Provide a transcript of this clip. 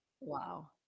Wow